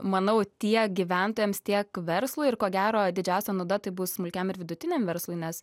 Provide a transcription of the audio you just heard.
manau tiek gyventojams tiek verslui ir ko gero didžiausia nauda tai bus smulkiam ir vidutiniam verslui nes